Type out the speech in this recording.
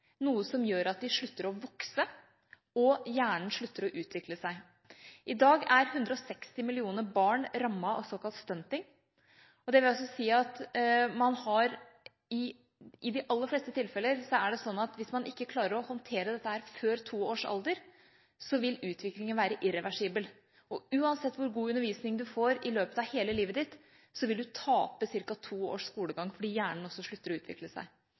noe som gjør at de slutter å vokse og hjernen slutter å utvikle seg. I dag er 160 millioner barn rammet av såkalt «stunting», dvs. at i de aller fleste tilfeller er det slik at hvis man ikke klarer å håndtere dette før toårsalder, vil utviklingen være irreversibel. Uansett hvor god undervisning en får i løpet av hele livet, vil en tape ca. to års skolegang fordi hjernen også slutter å utvikle seg.